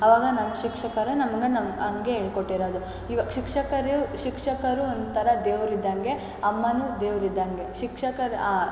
ಅವಾಗ ನಮ್ಮ ಶಿಕ್ಷಕರು ನಮ್ಗೆ ನಮ್ಮ ಹಾಗೆ ಹೇಳ್ಕೊಟ್ಟಿರೋದು ಇವಾಗ ಶಿಕ್ಷಕರು ಶಿಕ್ಷಕರು ಒಂಥರ ದೇವ್ರು ಇದ್ದಂಗೆ ಅಮ್ಮನೂ ದೇವ್ರು ಇದ್ದಂಗೆ ಶಿಕ್ಷಕರು